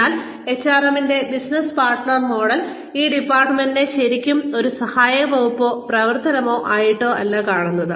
എന്നാൽ HRM ന്റെ business partner model ഈ ഡിപ്പാർട്ട്മെന്റിനെ ശരിക്കും ഒരു സഹായ വകുപ്പോ പ്രവർത്തനമോ ആയിട്ടല്ല കാണുന്നത്